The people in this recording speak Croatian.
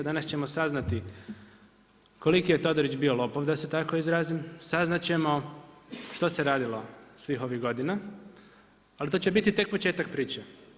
Danas ćemo saznati koliki je Todorić bio lopov, da se tako izrazim, saznati ćemo što se radilo svih ovih godina, ali to će biti tek početak priče.